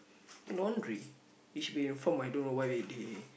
laundry it should be in for I don't know why they